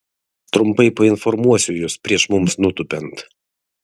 trumpai painformuosiu jus prieš mums nutūpiant